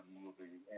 movie